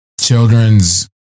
children's